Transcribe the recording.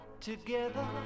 together